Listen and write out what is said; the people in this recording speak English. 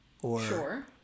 Sure